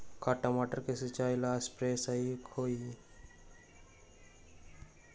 का टमाटर के सिचाई ला सप्रे सही होई?